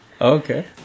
Okay